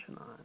on